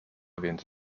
więc